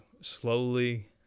slowly